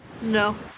No